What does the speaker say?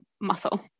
Muscle